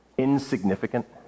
Insignificant